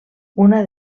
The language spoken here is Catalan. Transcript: una